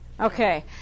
Okay